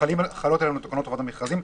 חלות עלינו תקנות חובת המכרזים.